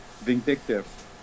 vindictive